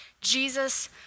Jesus